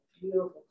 beautiful